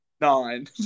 nine